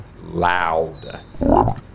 loud